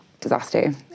disaster